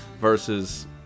versus